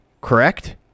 correct